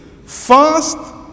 Fast